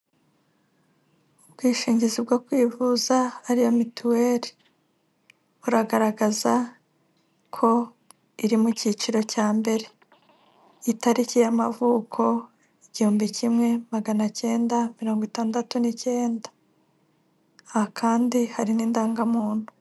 Ubwishingizi bwo kwivuza ariyo mituweri buragaragaza ko iri mu cyiciro cya mbere, itariki y'amavuko igihumbi kimwe magana cyenda mirongo itandatu n'icyenda, aha kandi hari n'indangamuntu.